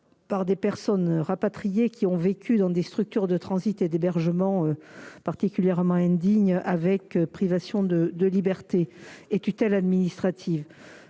par les personnes rapatriées ayant vécu dans des structures de transit et d'hébergement particulièrement indignes, avec privation de liberté et tutelle administrative.